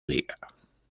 liga